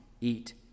Eat